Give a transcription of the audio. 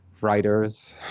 writers